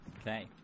okay